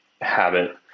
habit